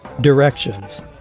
directions